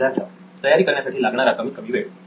सिद्धार्थ तयारी करण्यासाठी लागणारा कमीत कमी वेळ